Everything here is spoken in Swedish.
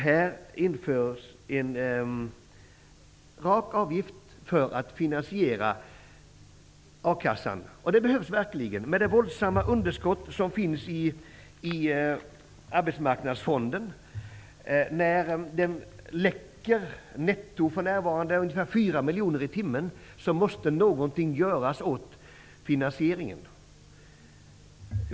Nu införs en rak avgift för att finansiera a-kassan. Det behövs verkligen med tanke på det stora underskott som finns i Arbetsmarknadsfonden. När den för närvarande läcker ungefär 4 miljoner netto i timmen, måste någonting göras åt finansieringen.